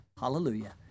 Hallelujah